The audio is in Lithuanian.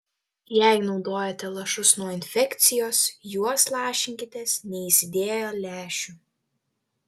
jei naudojate lašus nuo infekcijos juos lašinkitės neįsidėję lęšių